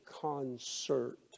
concert